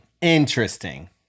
interesting